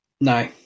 No